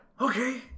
Okay